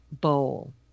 bowl